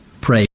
pray